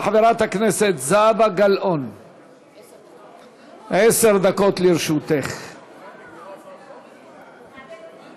7100. תנמק את ההצעה